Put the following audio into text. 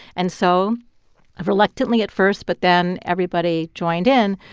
and so reluctantly at first, but then everybody joined in,